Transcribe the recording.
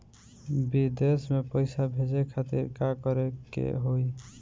विदेश मे पैसा भेजे खातिर का करे के होयी?